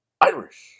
Irish